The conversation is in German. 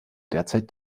derzeit